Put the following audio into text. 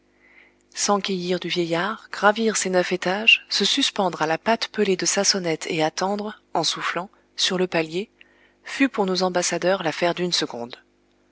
s'enquérir du vieillard gravir ses neuf étages se suspendre à la patte pelée de sa sonnette et attendre en soufflant sur le palier fut pour nos ambassadeurs l'affaire d'une seconde